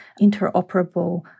interoperable